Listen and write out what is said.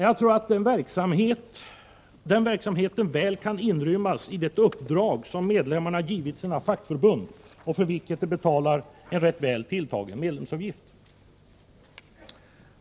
Jag tror att den verksamheten väl kan inrymmas i det uppdrag som medlemmarna givit sina fackförbund och för vilket de betalar en rätt väl tilltagen medlemsavgift.